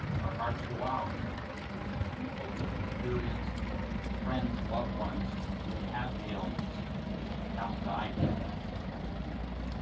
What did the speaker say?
our hearts go out to to people who have experienced friends, loved ones, who have had the illness, who have perhaps died from covid nineteen.